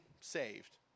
saved